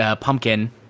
pumpkin